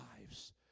lives